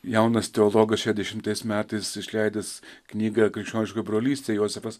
jaunas teologas šešiasdešimtais metais išleidęs knygą krikščioniška brolystė jozefas